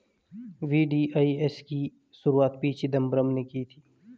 VDIS की शुरुआत P Chidambaram ने की थी